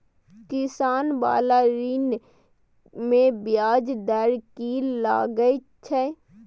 किसान बाला ऋण में ब्याज दर कि लागै छै?